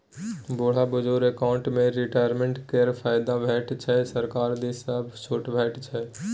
बुढ़ बुजुर्ग अकाउंट मे रिटायरमेंट केर फायदा भेटै छै सरकार दिस सँ छुट भेटै छै